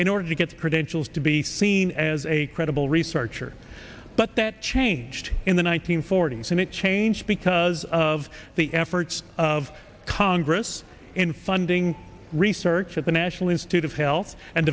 in order to get credentials to be seen as a credible researcher but that changed in the one nine hundred forty s and it changed because of the efforts of congress in funding research at the national institute of health and